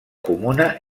comuna